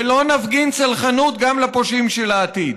ולא נפגין סלחנות גם לפושעים של העתיד.